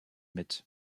mit